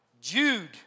Jude